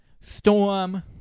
Storm